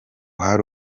hari